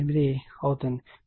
8 అవుతుంది